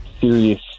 serious